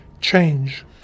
change